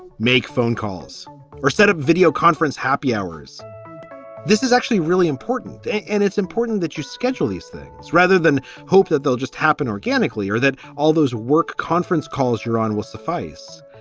make phone calls or set up video conference happy hours this is actually really important and it's important that you schedule these things rather than hope that they'll just happen organically or that all those work. conference calls you're on will suffice.